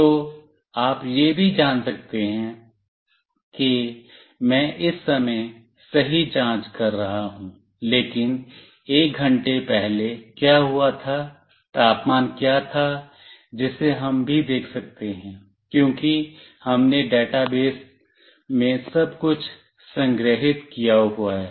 तो आप यह भी जान सकते हैं कि मैं इस समय सही जाँच कर रहा हूं लेकिन एक घंटे पहले क्या हुआ था तापमान क्या था जिसे हम भी देख सकते हैं क्योंकि हमने डेटाबेस में सब कुछ संग्रहीत किया हुया है